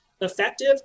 effective